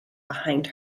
behind